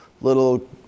little